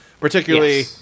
particularly